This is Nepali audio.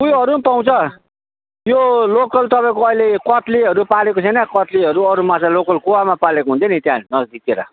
उयोहरू पनि पाउँछ यो लोकल तपाईँको अहिले कत्लेहरू पालेको छैन कत्लेहरू अरू माछाहरू लोकल कुवामा पालेको हुन्छ नि त्यहाँ नजिकतिर